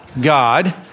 God